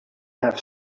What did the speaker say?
have